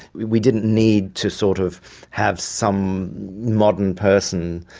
we we didn't need to sort of have some modern person,